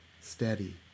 steady